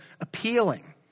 appealing